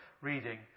reading